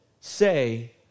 say